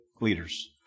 leaders